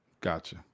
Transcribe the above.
gotcha